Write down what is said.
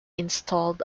installed